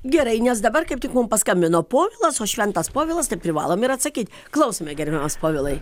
gerai nes dabar kaip tik mum paskambino povilas o šventas povilas tai privalom ir atsakyt klausome gerbiamas povilai